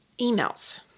emails